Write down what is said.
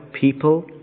people